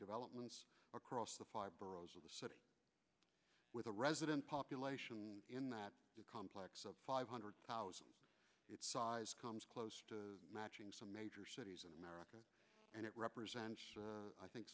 development across the five boroughs of the city with a resident population in that complex of five hundred thousand its size comes close to matching some major cities in america and it represents i think